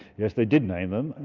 yes, they did name them. and